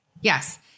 yes